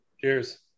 Cheers